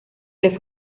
les